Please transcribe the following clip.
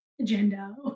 agenda